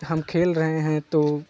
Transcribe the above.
हम खेल रहे हैं तो